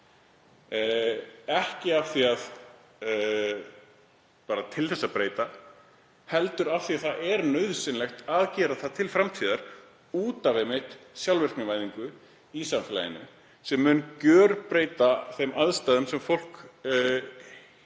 ekki bara til þess að breyta heldur af því að það er nauðsynlegt að gera það til framtíðar út af sjálfvirknivæðingu í samfélaginu sem mun gjörbreyta þeim aðstæðum sem fólk